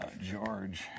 George